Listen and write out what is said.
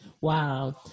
wow